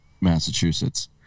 Massachusetts